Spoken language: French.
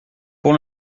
pour